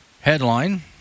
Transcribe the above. Headline